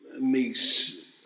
makes